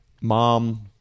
mom